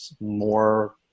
more